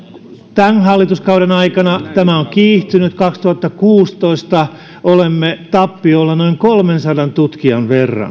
tämän hallituskauden aikana tämä on kiihtynyt vuonna kaksituhattakuusitoista olimme tappiolla noin kolmensadan tutkijan verran